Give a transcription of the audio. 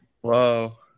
Whoa